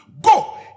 Go